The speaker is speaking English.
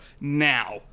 Now